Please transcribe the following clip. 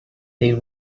they